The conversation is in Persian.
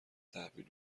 تحویل